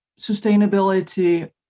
sustainability